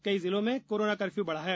कई जिलो में कोरोना कर्फ्यू बढ़ाया